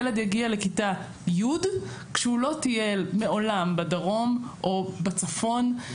ילד יגיע לכיתה י' כשהוא לא טייל מעולם בדרום או בצפון.